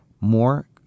more